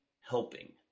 helping